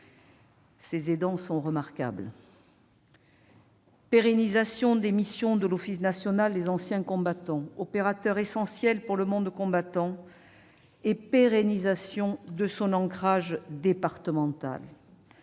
ces aidants sont remarquables. Pérennisation des missions de l'Office national des anciens combattants, opérateur essentiel pour le monde combattant, et pérennisation de son ancrage départemental.